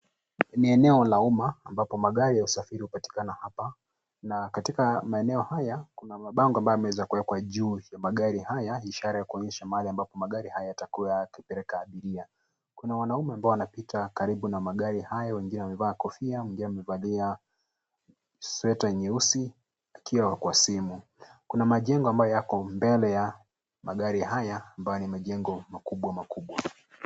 Ni eneo la umma ambapo magari ya usafiri hupatikana hapa na katika maeneo haya, kuna mabango ambayo yameweza kuwekwa juu ya magari haya, ishara yakuonyesha mahali ambapo magari haya yatukuwa yakipeleka abiria. Kuna wanaume ambao wanapita karibu na magari hayo, wengine wamevaa kofia, mwingine amevalia sweta nyeusi akiwa kwa simu. Kuna majengo ambayo yako mbele ya magari haya ambayo ni majengo makubwa makubwa.